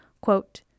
quote